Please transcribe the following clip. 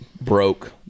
broke